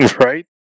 Right